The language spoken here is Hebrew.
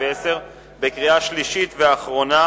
התש"ע 2010, בקריאה שלישית ואחרונה.